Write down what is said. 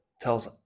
tells